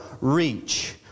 reach